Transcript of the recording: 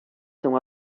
são